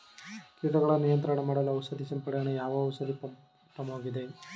ಕೀಟಗಳ ನಿಯಂತ್ರಣ ಮಾಡಲು ಔಷಧಿ ಸಿಂಪಡಣೆಗೆ ಯಾವ ಔಷಧ ಪಂಪ್ ಉತ್ತಮವಾಗಿದೆ?